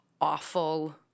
awful